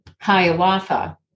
Hiawatha